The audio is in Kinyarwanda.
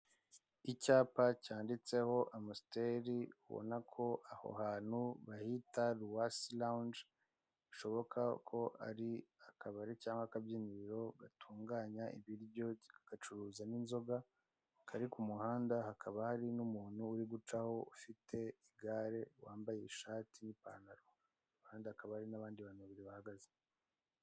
Icyapa cyanditseho amusiteri ubona ko aho hantu bahita ruwasi rawonge bishoboka ko ari akabari cyangwa akabyiniro gatunganya ibiryo kagacuruza n'inzoga, kari ku muhanda hakaba hari n'umuntu uri gucaho ufite igare wambaye ishati n'ipantaro kandi hakaba hari n'abandi bantu babibiri bahagaze.